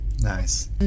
nice